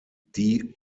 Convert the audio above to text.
die